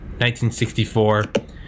1964